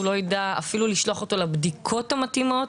הוא לא יידע אפילו לשלוח אותו לבדיקות המתאימות.